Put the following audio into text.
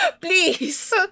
Please